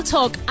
Talk